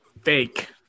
fake